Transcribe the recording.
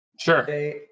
Sure